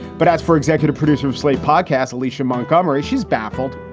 but as for executive producer of slate podcasts, alicia montgomery, she's baffled.